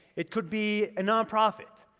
it could be a non-profit.